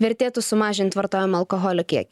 vertėtų sumažint vartojamą alkoholio kiekį